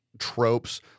tropes